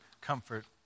comfort